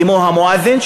כמו המואזין,